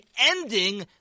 ending